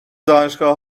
دانشگاه